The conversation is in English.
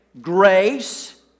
grace